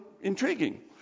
intriguing